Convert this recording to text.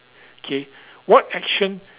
K what action